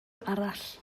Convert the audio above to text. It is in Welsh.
arall